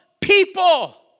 people